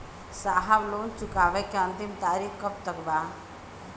साहब लोन चुकावे क अंतिम तारीख कब तक बा?